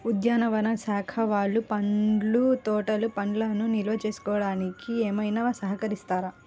ఉద్యానవన శాఖ వాళ్ళు పండ్ల తోటలు పండ్లను నిల్వ చేసుకోవడానికి ఏమైనా సహకరిస్తారా?